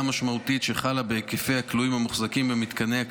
חרבות ברזל) (חופשה מיוחדת לאסיר).